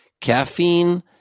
caffeine